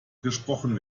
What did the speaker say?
gesprochen